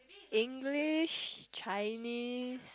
English Chinese